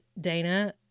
Dana